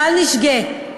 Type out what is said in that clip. בל נשגה,